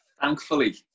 Thankfully